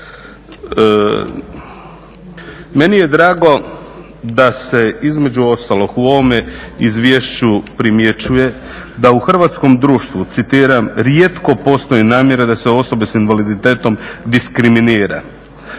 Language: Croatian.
Meni je drago da se između ostalog u ovome izvješću primjećuje da u hrvatskom društvu citiram "rijetko postoji namjera da se osobe s invaliditetom diskriminira".